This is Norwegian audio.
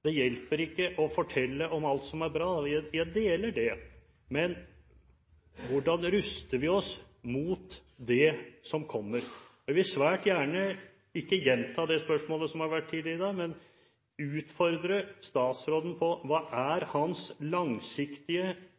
Det hjelper ikke å fortelle om alt som er bra – jeg deler det – men hvordan ruster vi oss mot det som kommer? Jeg vil ikke gjenta det spørsmålet som har vært reist tidligere i dag, men svært gjerne utfordre statsråden på hva som er hans langsiktige